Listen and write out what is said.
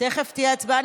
תכף תהיה הצבעה.